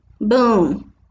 boom